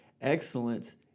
excellence